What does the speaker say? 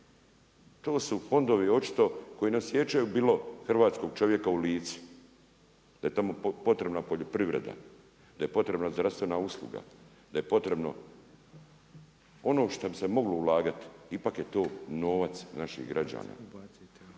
To su fondovi očito koji ne osjećaju bilo hrvatskog čovjeka u Lici, da je tamo potrebna poljoprivreda, da je potrebna zdravstvena usluga, da je potrebno ono šta bi se moglo ulagati. Ipak je to novac naših građana.